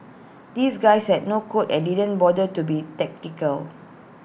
these guys had no code and didn't bother to be tactical